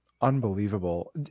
Unbelievable